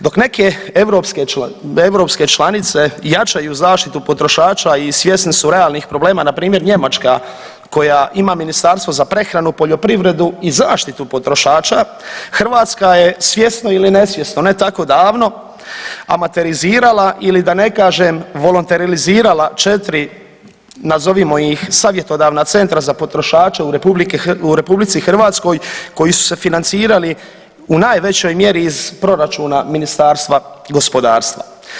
Dok neke europske članice jačaju zaštitu potrošača i svjesni su realnih problema, na primjer Njemačka koja ima Ministarstvo za prehranu, poljoprivredu i zaštitu potrošača Hrvatska je svjesno ili nesvjesno ne tako davno amaterizirala ili da ne kažem volonterizirala četiri nazovimo ih savjetodavna centra za potrošače u Republici Hrvatskoj koji su se financirali u najvećoj mjeri iz proračuna Ministarstva gospodarstva.